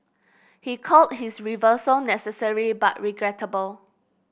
he called his reversal necessary but regrettable